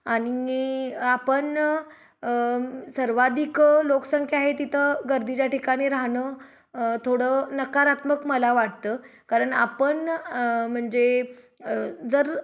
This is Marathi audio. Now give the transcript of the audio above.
आणि आपण सर्वाधिक लोकसंख्या आहे तिथं गर्दीच्या ठिकाणी राहणं थोडं नकारात्मक मला वाटतं कारण आपण म्हणजे जर